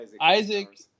Isaac